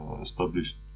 established